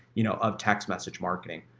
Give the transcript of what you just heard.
you know, of text message marketing.